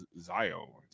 Zio